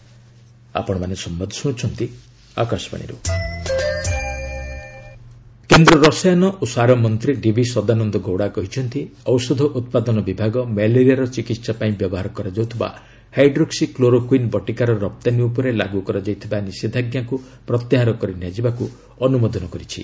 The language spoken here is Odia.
ଗଭ୍ ଆପ୍ରଭାଲ୍ସ କେନ୍ଦ୍ର ରସାୟନ ଓ ସାର ମନ୍ତ୍ରୀ ଡିବି ସଦାନନ୍ଦ ଗୌଡ଼ା କହିଛନ୍ତି ଔଷଧ ଉତ୍ପାଦନ ବିଭାଗ ମ୍ୟାଲେରିଆର ଚିକିତ୍ସା ପାଇଁ ବ୍ୟବହାର କରାଯାଉଥିବା ହାଇଡ୍ରୋକ୍ସି କ୍ଲୋରୋକୁଇନ୍ ବଟିକାର ରପ୍ତାନୀ ଉପରେ ଲାଗୁ କରାଯାଇଥିବା ନିଷେଧାଞ୍ଜାକୁ ପ୍ରତ୍ୟାହାର କରିନିଆଯିବାକୁ ଅନୁମୋଦନ କରିଛି